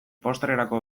postrerako